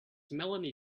melanie